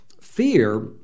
fear